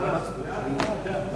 ההצעה להעביר את